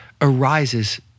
arises